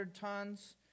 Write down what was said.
tons